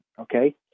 okay